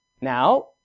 Now